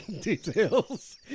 details